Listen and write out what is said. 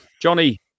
Johnny